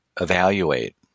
evaluate